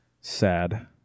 sad